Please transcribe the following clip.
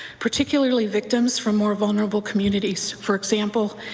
particularly victims from more vulnerable communities, for example,